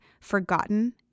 forgotten